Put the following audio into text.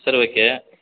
சரி ஓகே